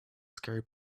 scary